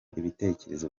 ibitekerezo